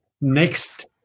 next